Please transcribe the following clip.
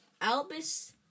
Albus